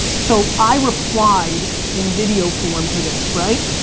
so i replied in video form to this, right?